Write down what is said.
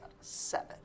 seven